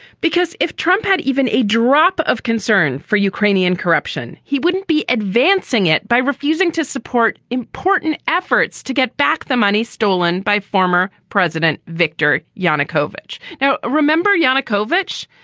because if trump had even a drop of concern for ukrainian corruption, he wouldn't be advancing it by refusing to support important efforts to get back the money stolen by former president viktor yanukovych. now, remember yanukovich,